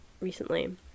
recently